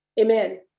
Amen